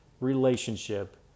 relationship